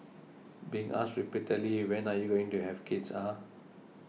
being asked repeatedly When are you going to have kids ah